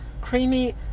creamy